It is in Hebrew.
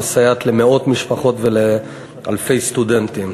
שמסייעת למאות משפחות ולאלפי סטודנטים.